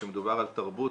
כשמדובר על תרבות,